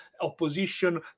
opposition